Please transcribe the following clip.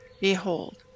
Behold